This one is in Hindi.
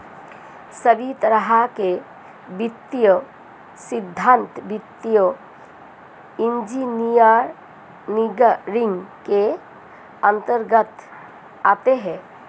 सभी तरह के वित्तीय सिद्धान्त वित्तीय इन्जीनियरिंग के अन्तर्गत आते हैं